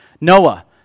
Noah